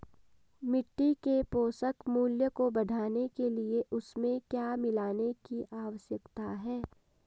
मिट्टी के पोषक मूल्य को बढ़ाने के लिए उसमें क्या मिलाने की आवश्यकता है?